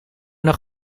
nog